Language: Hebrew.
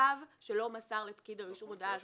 "תושב שלא מסר לפקיד הרישום הודעה על